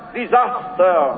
disaster